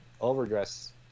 Overdress